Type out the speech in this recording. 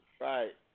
Right